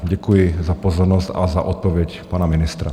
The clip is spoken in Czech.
Děkuji za pozornost a za odpověď pana ministra.